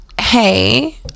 hey